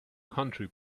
country